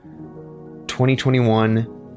2021